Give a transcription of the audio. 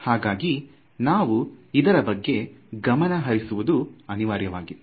ಹಾಗಾಗಿ ನಾವು ಇದರ ಬಗ್ಗೆ ಗಮನ ಹರಿಸುವುದು ಅನಿವಾರ್ಯವಾಗಿತ್ತು